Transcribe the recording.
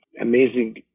amazing